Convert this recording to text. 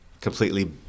completely